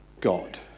God